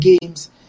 games